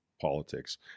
politics